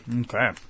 Okay